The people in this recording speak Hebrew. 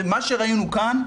ומה שראינו כאן,